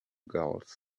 girls